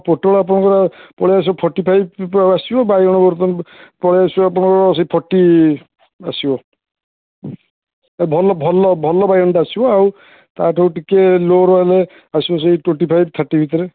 ପୋଟଳ ଆପଣଙ୍କର ପଳାଇ ଆସିବ ଫର୍ଟି ଫାଇବ୍ ଆସିବ ବାଇଗଣ ବର୍ତ୍ତମାନ ପଳାଇ ଆସିବ ଆପଣଙ୍କର ସେଇ ଫର୍ଟି ଆସିବ ଭଲ ଭଲ ଭଲ ବାଇଗଣଟା ଆସିବ ଆଉ ତା'ଠୁ ଟିକେ ଲୋ ରହିଲେ ଆସିବ ସେଇ ଟ୍ୱେଣ୍ଟୀ ଫାଇବ୍ ଥାର୍ଟି ଭିତରେ